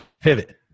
pivot